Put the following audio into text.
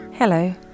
Hello